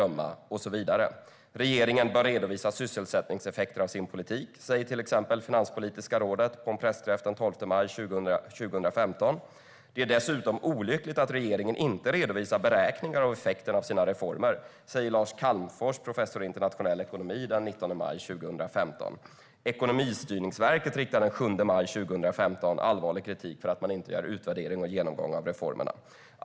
Finanspolitiska rådet sa på en pressträff den 12 maj 2015: Regeringen bör redovisa sysselsättningseffekter av sin politik. Lars Calmfors, professor i internationell ekonomi sa den 19 maj 2015: Det är dessutom olyckligt att regeringen inte redovisar beräkningar av effekter av sina reformer. Ekonomistyrningsverket riktade den 7 maj 2015 allvarlig kritik för att man inte gör någon utvärdering och genomgång av reformerna.